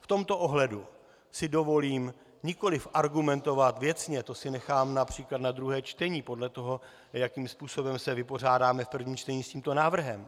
V tomto ohledu si dovolím nikoli argumentovat věcně, to si nechám například na druhé čtení, podle toho, jakým způsobem se vypořádáme v prvním čtení s tímto návrhem.